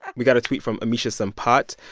we got a tweet from ameesha sampot.